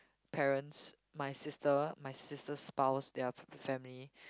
parents my sister my sister's spouse their family